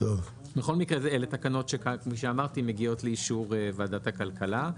בכל מקרה אלה תקנות שכפי שאמרתי מגיעות לאישור ועדת הכלכלה.